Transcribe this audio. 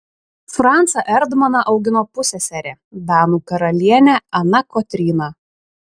francą erdmaną augino pusseserė danų karalienė ana kotryna